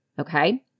Okay